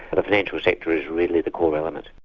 ah the financial sector is really the core element.